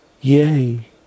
yay